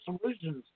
solutions